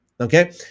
okay